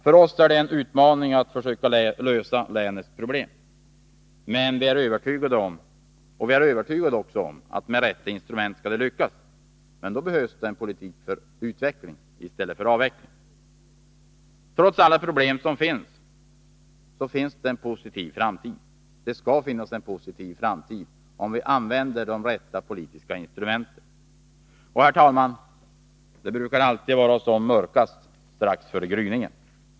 För oss är det en utmaning att försöka lösa länets problem, och vi är också övertygade om att med rätta instrument skall det lyckas. Men då behövs det en politik för utveckling i stället för avveckling. Trots alla problem måste det finnas en positiv framtid om vi använder de rätta politiska instrumenten. Det brukar alltid vara som mörkast strax före gryningen!